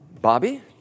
Bobby